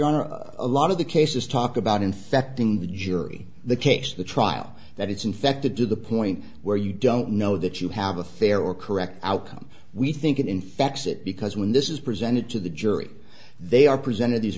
are a lot of the cases talk about infecting the jury the case the trial that it's infected to the point where you don't know that you have a fair or correct outcome we think it infects it because when this is presented to the jury they are presented these